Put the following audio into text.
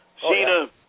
Cena